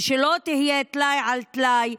ושלא תהיה טלאי על טלאי,